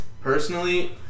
Personally